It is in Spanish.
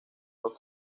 los